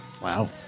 Wow